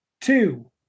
two